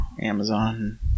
Amazon